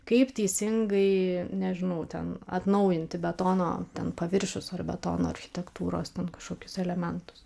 kaip teisingai nežinau ten atnaujinti betono ten paviršius ar betono architektūros ten kažkokius elementus